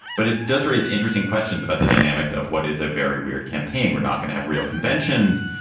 but it does raise interesting questions about the dynamics of what is a very weird campaign. we're not going to have real conventions.